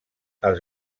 els